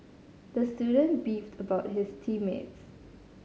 the student beefed about his team mates